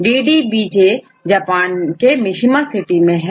DDBJ Japan के Mishima city में है